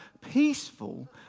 peaceful